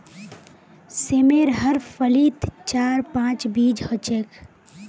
सेमेर हर फलीत चार पांच बीज ह छेक